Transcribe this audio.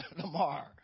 tomorrow